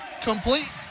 complete